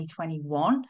2021